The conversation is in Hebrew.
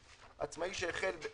ועדיין היינו רוצים שהאזרח --- קרן,